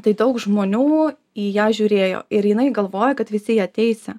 tai daug žmonių į ją žiūrėjo ir jinai galvojo kad visi ją teisia